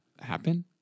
happen